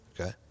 Okay